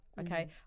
okay